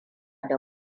da